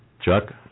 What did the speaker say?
Chuck